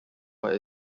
what